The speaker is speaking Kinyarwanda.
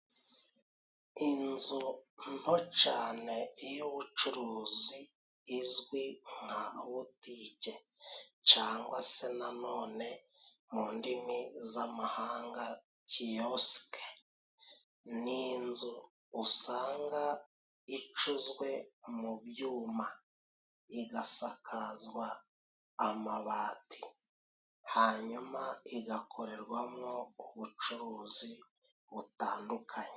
Inzu nto cane y'ubucuruzi izwi nka butike cangwa se na none mu ndimi z'amahanga kiyosike, ni inzu usanga icuzwe mu byuma igasakazwa amabati ,hanyuma igakorerwamwo ubucuruzi butandukanye.